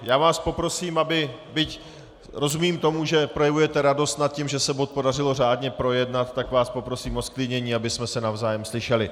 Já vás poprosím, byť rozumím tomu, že projevujete radost nad tím, že se bod podařilo řádně projednat, tak vás poprosím o zklidnění, abychom se navzájem slyšeli.